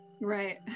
Right